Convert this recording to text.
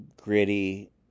gritty